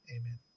Amen